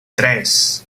tres